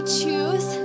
choose